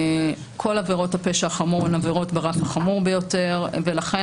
כל עבירות הפשע החמור הן עבירות ברף החמור ביותר ולכן